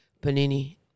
Panini